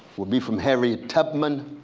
will be from harriet tubman